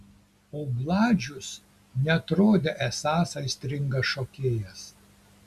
o bladžius neatrodė esąs aistringas šokėjas